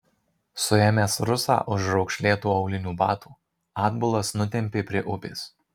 suėmęs rusą už raukšlėtų aulinių batų atbulas nutempė prie upės